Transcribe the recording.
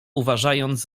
uważając